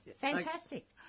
Fantastic